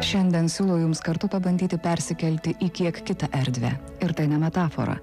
šiandien siūlau jums kartu pabandyti persikelti į kiek kitą erdvę ir tai ne metafora